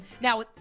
Now